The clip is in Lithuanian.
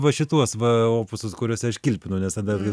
va šituos va opusus kuriuos aš kilpinau nes tada